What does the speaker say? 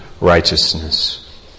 righteousness